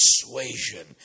persuasion